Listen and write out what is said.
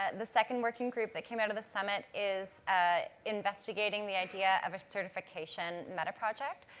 and the second working group that came out of the summit is ah investigating the idea of a certification metaproject.